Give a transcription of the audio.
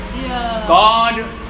God